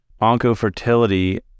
oncofertility